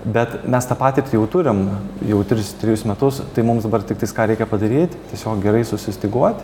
bet mes tą patirtį jau turim jau tris trejus metus tai mums dabar tiktais ką reikia padaryt tiesiog gerai susistyguoti